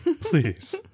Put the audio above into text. Please